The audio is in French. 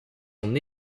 son